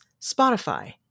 Spotify